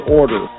order